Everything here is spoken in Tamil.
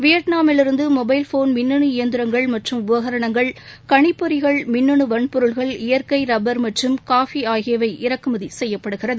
வியட்நாமிலிருந்தமொபைல் போன் மின்னனு இயந்திரங்கள் மற்றும் உபனரணங்கள் கனிப்பொறிகள் மின்னனுவன்பொருள்கள் இயற்கைரப்பர் மற்றும் காஃபிஆகியவை இறக்குமதி செய்யப்படுகிறது